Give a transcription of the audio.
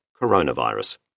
coronavirus